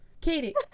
Katie